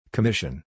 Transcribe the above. Commission